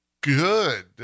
good